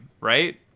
Right